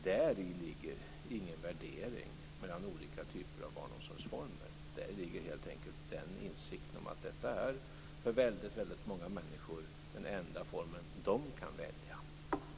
Däri ligger ingen värdering mellan olika typer av barnomsorgsformer. Däri ligger helt enkelt den insikten att detta är för väldigt många människor den enda form de kan välja.